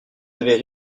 avez